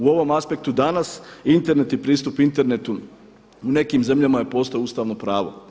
U ovom aspektu danas Internet i pristup internetu u nekim zemljama je postao ustavno pravo.